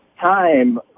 time